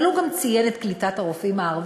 אבל הוא גם ציין את נושא קליטת הרופאים הערבים,